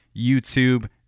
YouTube